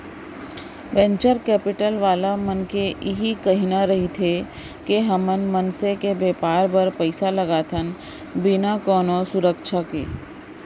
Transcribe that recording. venture capital वाला मन के इही कहिना रहिथे के हमन मनसे के बेपार बर पइसा लगाथन बिना कोनो सुरक्छा के